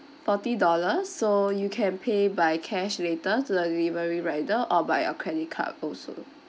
forty dollars so you can pay by cash later to the delivery rider or by your credit card also